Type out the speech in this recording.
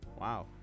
Wow